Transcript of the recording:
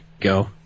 go